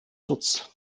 schutz